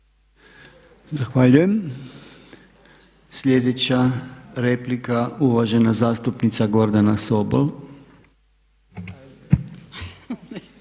Zahvaljujem. Sljedeća replika uvažena zastupnica Gordana Sobol.